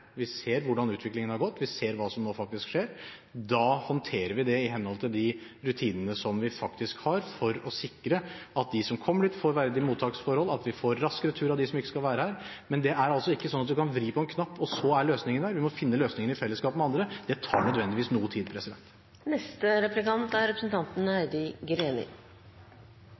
Vi ser hvordan utviklingen har gått. Vi ser hva som nå faktisk skjer. Da håndterer vi det i henhold til de rutinene som vi faktisk har, for å sikre at de som kommer dit, får verdige mottaksforhold, at vi får rask retur av dem som ikke skal være her. Men det er altså ikke sånn at man kan vri på en knapp, og så er løsningen der. Vi må finne løsningen i fellesskap med andre. Det tar nødvendigvis noe tid.